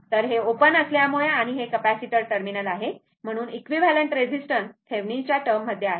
तर हे ओपन असल्यामुळे आणि हे कॅपेसिटर टर्मिनल आहे म्हणून इक्विव्हॅलंट रेसिस्टन्स थेवेनिन च्या टर्म मध्ये आहे